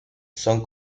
son